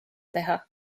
teha